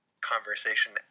conversation